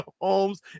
holmes